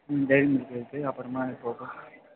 ம் Dairy Milk இருக்குது அப்புறமா இது கோகோ